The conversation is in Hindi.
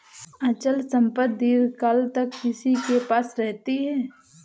अचल संपत्ति दीर्घकाल तक किसी के पास रहती है